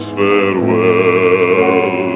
farewell